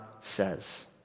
says